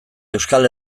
euskal